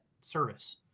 service